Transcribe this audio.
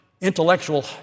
intellectual